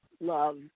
love